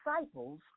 disciples